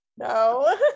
No